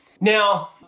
Now